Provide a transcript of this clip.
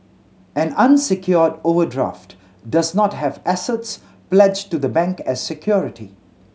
an unsecured overdraft does not have assets pledged to the bank as security